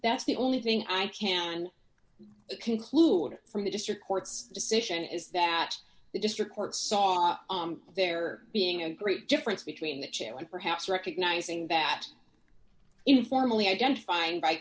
that's the only thing i can conclude from the district court's decision is that the district court saw it there being a great difference between the chair and perhaps recognizing that informally identifying by